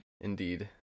Indeed